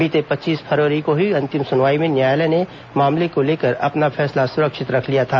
बीते पच्चीस फरवरी को हई अंतिम सुनवाई में न्यायालय ने मामले को लेकर अपना फैसला सुरक्षित रख लिया था